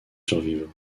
survivre